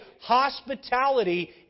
hospitality